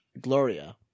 Gloria